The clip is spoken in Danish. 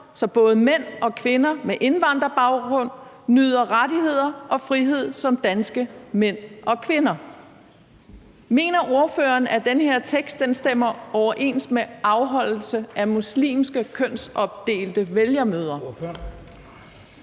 så både mænd og kvinder med indvandrerbaggrund nyder rettigheder og frihed som danske kvinder og mænd«. Mener ordføreren, at den her tekst stemmer overens med en afholdelse af muslimske kønsopdelte vælgermøder?